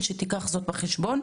בוקר טוב לכולם,